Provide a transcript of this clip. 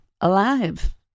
alive